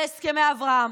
להסכמי אברהם.